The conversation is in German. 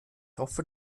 hoffe